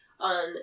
on